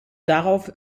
darauf